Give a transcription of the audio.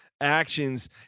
actions